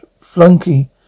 flunky